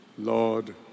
Lord